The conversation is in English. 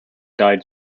died